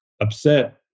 upset